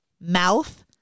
mouth